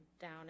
down